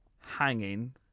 hanging